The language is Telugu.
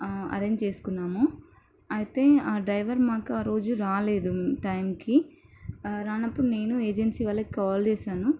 అర్రేంజ్ చేసుకున్నాము అయితే ఆ డ్రైవర్ మాకు ఆ రోజు రాలేదు టైంకి రానప్పుడు నేను ఏజెన్సీ వాళ్ళకి కాల్ చేసాను